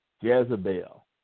Jezebel